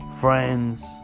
friends